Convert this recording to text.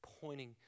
pointing